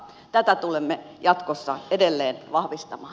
tätä tulemme jatkossa edelleen vahvistamaan